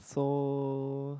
so